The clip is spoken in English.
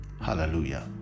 hallelujah